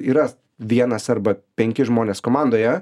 yra vienas arba penki žmonės komandoje